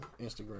Instagram